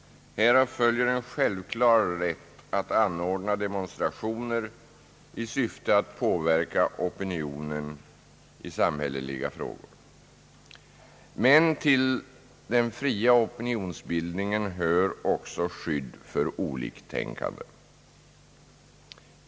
Härav följer en självklar rätt att anordna demonstrationer i syfte att påverka opinionen i samhälleliga frågor. Men till den fria opinionsbildningen hör också skydd för oliktänkande.